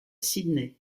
sydney